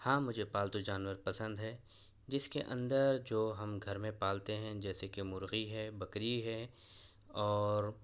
ہاں مجھے پالتو جانور پسند ہیں جس کے اندر جو ہم گھر میں پالتے ہیں جیسے کہ مرغی ہے بکری ہے اور